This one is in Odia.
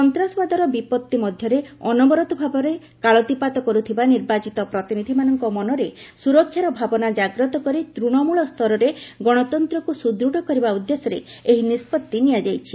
ସନ୍ତାସବାବର ବିପଭି ମଧ୍ୟରେ ଅନବରତ ଭାବେ କାଳାତିପାତ କରୁଥିବା ନିର୍ବାଚିତ ପ୍ରତିନିଧିମାନଙ୍କ ମନରେ ସୁରକ୍ଷାର ଭାବନା ଜାଗ୍ରତ କରି ତୂଶମୂଳ ସ୍ତରରେ ଗଣତନ୍ତ୍ରକୁ ସୁଦୃଢ଼ କରିବା ଉଦ୍ଦେଶ୍ୟରେ ଏହି ନିଷ୍ପଭି ନିଆଯାଇଛି